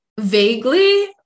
Vaguely